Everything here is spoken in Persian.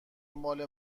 مال